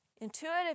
Intuitive